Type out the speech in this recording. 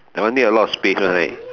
that one need a lot of space [one] right